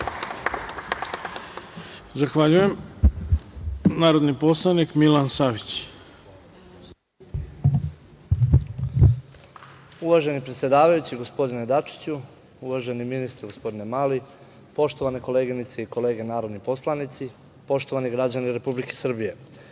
Savić. Izvolite. **Milan Savić** Uvaženi predsedavajući, gospodine Dačiću, uvaženi ministre, gospodine Mali, poštovane koleginice i kolege narodni poslanici, poštovani građani Republike Srbije,